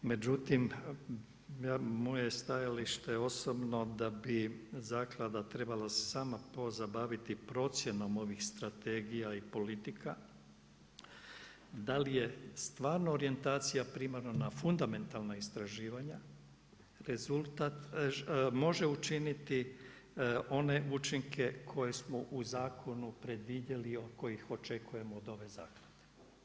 Međutim, moje je stajalište osobno da bi se zaklada trebala sama pozabaviti procjenom ovih strategija i politika da li je stvarno orijentacija primarno na fundamentalna istraživanja može učiniti one učinke koje smo u zakonu predvidjeli, koje očekujemo od ove zaklade.